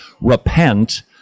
repent